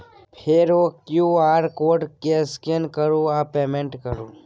फेर ओ QR code केँ स्कैन करु आ पेमेंट करु